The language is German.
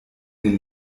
den